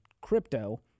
crypto